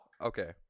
Okay